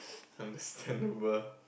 understandable